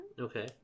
Okay